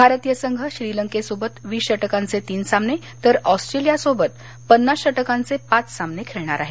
भारतीय संघ श्रीलंकेसोबत वीस षटकांचे तीन सामने तर ऑस्ट्रेलिया बरोबर पन्नास षटकांचे पाच सामने खेळणार आहे